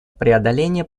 преодоление